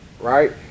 right